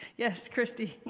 yes, christie.